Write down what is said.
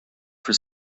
for